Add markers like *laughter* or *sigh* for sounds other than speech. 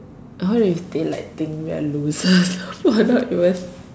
what if they like think we are losers *laughs* who are not even